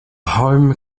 home